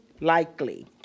likely